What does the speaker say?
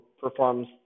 performs